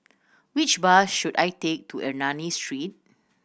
which bus should I take to Ernani Street